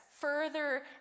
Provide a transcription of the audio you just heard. further